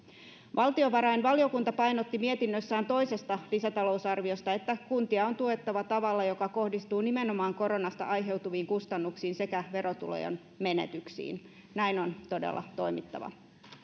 valtiovarainvaliokunta painotti mietinnössään toisesta lisätalousarviosta että kuntia on tuettava tavalla joka kohdistuu nimenomaan koronasta aiheutuviin kustannuksiin sekä verotulojen menetyksiin näin on todella toimittava